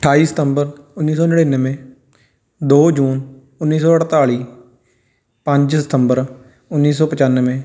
ਅਠਾਈ ਸਤੰਬਰ ਉੱਨੀ ਸੌ ਨੜਿਨਵੇਂ ਦੋ ਜੂਨ ਉੱਨੀ ਸੌ ਅਠਤਾਲੀ ਪੰਜ ਸਤੰਬਰ ਉੱਨੀ ਸੌ ਪਚਾਨਵੇਂ